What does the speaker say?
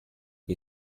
che